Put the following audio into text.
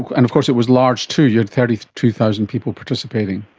and of course it was large too, you had thirty two thousand people participating.